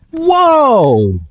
whoa